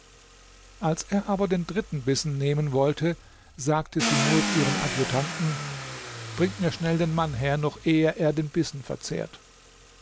als er aber den dritten bissen nehmen wollte sagte sumurd ihren adjutanten bringt mir schnell den mann her noch ehe er den bissen verzehrt